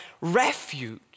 refuge